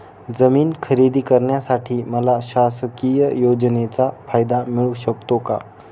जमीन खरेदी करण्यासाठी मला शासकीय योजनेचा फायदा मिळू शकतो का?